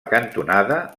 cantonada